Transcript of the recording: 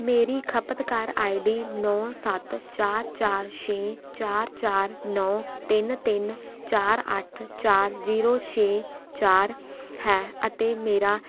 ਮੇਰੀ ਖਪਤਕਾਰ ਆਈਡੀ ਨੌਂ ਸੱਤ ਚਾਰ ਚਾਰ ਛੇ ਚਾਰ ਚਾਰ ਨੌਂ ਤਿੰਨ ਤਿੰਨ ਚਾਰ ਅੱਠ ਚਾਰ ਜੀਰੋ ਛੇ ਚਾਰ ਹੈ ਅਤੇ ਮੇਰਾ